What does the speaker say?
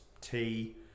tea